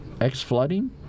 Ex-flooding